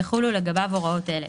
יחולו לגביו הוראות אלה: